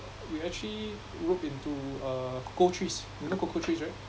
we actually look into uh cocoa trees you know cocoa trees right